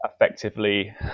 effectively